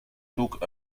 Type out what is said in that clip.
took